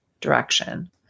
direction